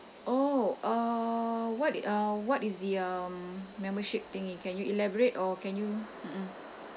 oh uh what uh what is the um membership thingy can you elaborate or can you mm mm